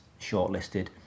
shortlisted